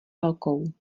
velkou